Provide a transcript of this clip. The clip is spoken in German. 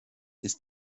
ist